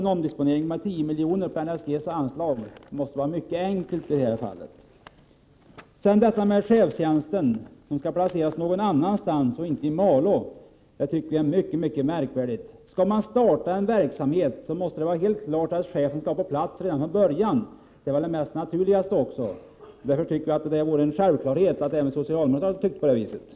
Att omdisponera 10 milj.kr. från NSG:s anslag måste vara mycket enkelt. Sedan till frågan om chefstjänsten. Jag tycker att det är mycket märkligt att man inte placerar denna i Malå utan på annat håll. När man startar en verksamhet måste chefen helt klart vara på plats redan från början. Det är ju också det mest naturliga. Det borde därför vara en självklarhet även för socialdemokraterna att tycka så.